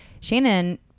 Shannon